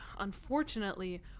unfortunately